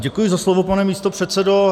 Děkuji za slovo, pane místopředsedo.